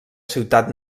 ciutat